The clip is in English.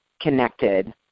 connected